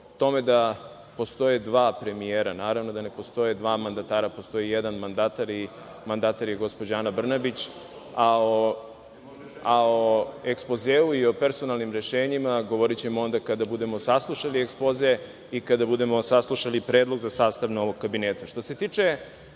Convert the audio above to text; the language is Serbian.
tome da postoje dva premijera. Naravno da ne postoje dva mandatara, postoji jedan mandatar i to je gospođa Ana Brnabić, a o ekspozeu i o personalnim rešenjima govorićemo onda kada budemo saslušali ekspoze i kada budemo saslušali predlog za sastav novog kabineta. Što